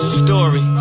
story